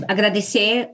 Agradecer